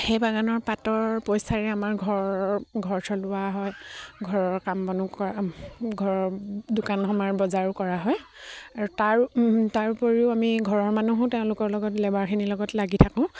সেই বাগানৰ পাতৰ পইচাৰে আমাৰ ঘৰৰ ঘৰ চলোৱা হয় ঘৰৰ কাম বনো কৰা ঘৰৰ দোকান সমাৰ বজাৰো কৰা হয় আৰু তাৰ তাৰ উপৰিও আমি ঘৰৰ মানুহো তেওঁলোকৰ লগত লেবাৰখিনিৰ লগত লাগি থাকোঁ